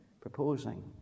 proposing